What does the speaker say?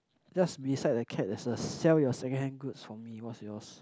just beside the cat there's a sell your second hand goods for me what's yours